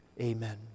Amen